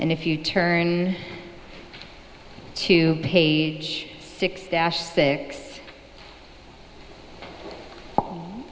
and if you turn to page six six